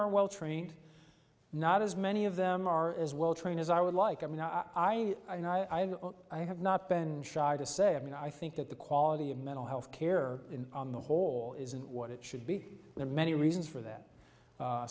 are well trained not as many of them are as well trained as i would like i mean i i i know i know i have not been shy to say i mean i think that the quality of mental health care in on the whole isn't what it should be there are many reasons for that